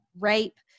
rape